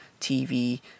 TV